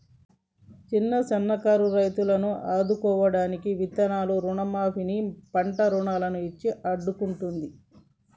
చిన్న సన్న కారు రైతులను ఆదుకోడానికి విత్తనాలను రుణ మాఫీ ని, పంట రుణాలను ఇచ్చి ఆడుకుంటుంది